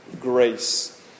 grace